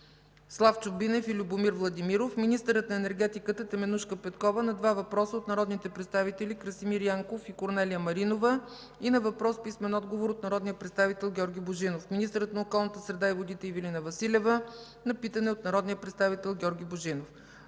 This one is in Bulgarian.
Славчо Бинев, и Любомир Владимиров; - министърът на енергетиката Теменужка Петкова – на два въпроса от народните представители Красимир Янков, и Корнелия Маринова, и на въпрос с писмен отговор от народния представител Георги Божинов; - министърът на околната среда и водите Ивелина Василева – на питане от народния представител Георги Божинов.